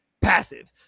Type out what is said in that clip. passive